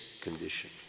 condition